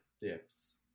dips